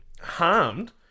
harmed